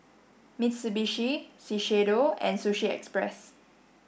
Mitsubishi Shiseido and Sushi Express